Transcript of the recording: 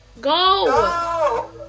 Go